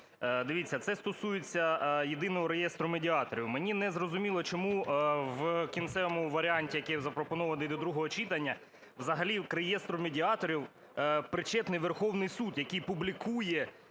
Дивіться, це стосується єдиного реєстру медіаторів. Мені не зрозуміло, чому в кінцевому варіанті, який запропонований до другого читання, взагалі до реєстру медіаторів причетний Верховний Суд, який публікує